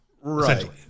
Right